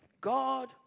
God